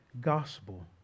gospel